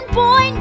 boy